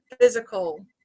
physical